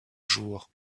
jour